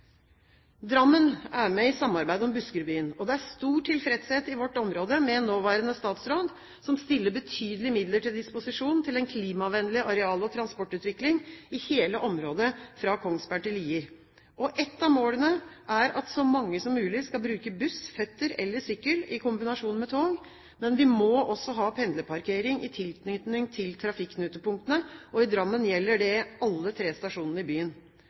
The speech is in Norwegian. Drammen er med i samarbeidet om Buskerudbyen. Det er stor tilfredshet i vårt område med nåværende statsråd, som stiller betydelige midler til disposisjon til en klimavennlig areal- og transportutvikling i hele området, fra Kongsberg til Lier. Ett av målene er at så mange som mulig skal bruke buss, føtter eller sykkel i kombinasjon med tog. Men vi må også ha pendlerparkering i tilknytning til trafikknutepunktene. I Drammen gjelder det alle de tre stasjonene i byen.